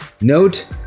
Note